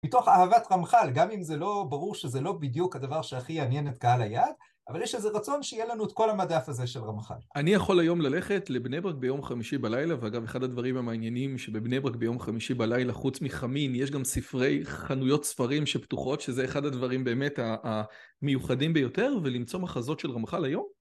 מתוך אהבת רמח"ל, גם אם זה לא... ברור שזה לא בדיוק הדבר שהכי יעניין את קהל היעד, אבל יש איזה רצון שיהיה לנו את כל המדף הזה של רמח"ל. אני יכול היום ללכת לבני ברק ביום חמישי בלילה, ואגב, אחד הדברים המעניינים שבבני ברק ביום חמישי בלילה, חוץ מחמין, יש גם ספרי... חנויות ספרים שפתוחות, שזה אחד הדברים באמת המיוחדים ביותר, ולמצוא מחזות של רמח"ל היום.